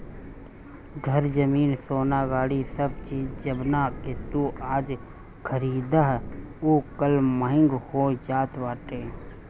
घर, जमीन, सोना, गाड़ी सब चीज जवना के तू आज खरीदबअ उ कल महंग होई जात बाटे